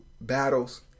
battles